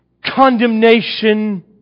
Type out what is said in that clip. Condemnation